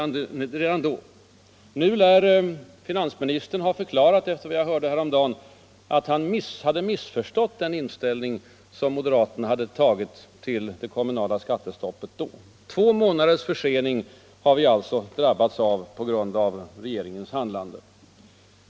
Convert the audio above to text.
Nu lär finansministern ha förklarat, efter vad jag hörde häromdagen, att han hade ”missförstått” den ståndpunkt som moderaterna hade intagit till det kommunala skattestoppet. Två månaders försening har vi alltså drabbats av på grund av regeringens underlåtenhet att handla.